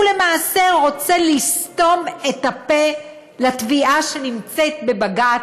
הוא למעשה רוצה לסתום את הפה לתביעה שנמצאת בבג"ץ,